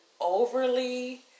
overly